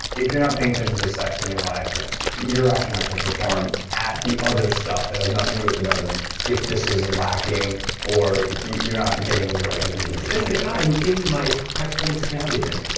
if you're not paying attention to sex in your life you're actually not going to perform at the other stuff that has nothing to do with the bedroom if this is lacking or you're not getting the right energy says the guy who came to my high performance academy event,